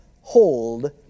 hold